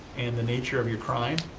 and the nature of your crime,